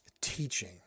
teaching